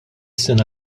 sena